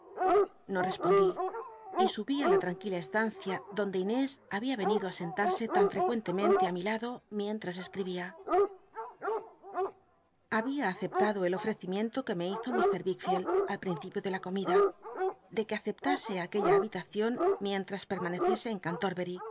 no espondí y subí á la ltanquila estancia donde lnés había enido sentarse tan frecuentemente t mi lado mientras escribía labia aceptado el ofrecimiento que me hizo mr wickficld al principio de la comida de iuc accp tase aquella habitacion mienllas pemanccicsc en canlorbery